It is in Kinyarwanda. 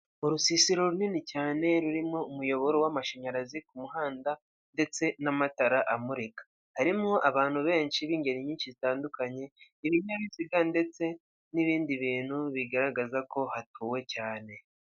Urusisiro runini cyane rurimo umuyoboro w'amashanyarazi ku muhanda ndetse n'amatara amurika, harimo abantu benshi b'ingeri nyinshi zitandukanye ibibinyabiziga ndetse n'ibindi bintu bigaragaza ko hatuwe cyane.